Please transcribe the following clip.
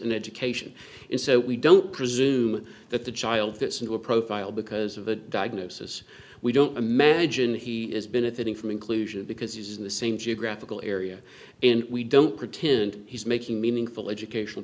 in education in so we don't presume that the child gets into a profile because of a diagnosis we don't imagine he is benefiting from inclusion because it is in the same geographical area and we don't pretend he's making meaningful educational